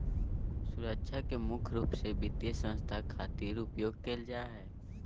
सुरक्षा के मुख्य रूप से वित्तीय संस्था खातिर उपयोग करल जा हय